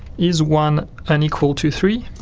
is one unequal to three?